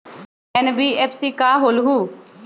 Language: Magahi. एन.बी.एफ.सी का होलहु?